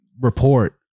report